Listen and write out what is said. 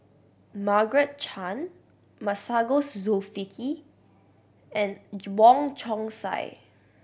Margaret Chan Masagos Zulkifli and Wong Chong Sai